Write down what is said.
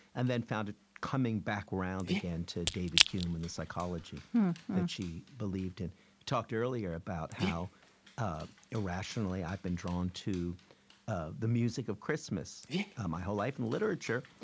and then found it coming back around again to david hume and the psychology that she believed in. we talked earlier about how um irrationally i've been drawn to ah the music of christmas my whole life in literature,